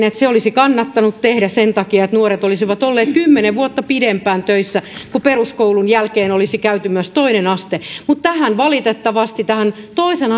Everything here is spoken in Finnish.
että se olisi kannattanut tehdä sen takia että nuoret olisivat olleet kymmenen vuotta pidempään töissä kun peruskoulun jälkeen olisi käyty myös toinen aste mutta valitettavasti tähän toisen